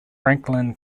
franklin